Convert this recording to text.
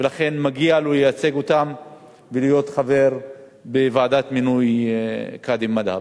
ולכן מגיע לו לייצג אותם ולהיות חבר בוועדת מינוי קאדי מד'הב.